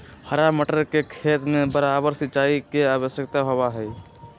हरा मटर के खेत में बारबार सिंचाई के आवश्यकता होबा हई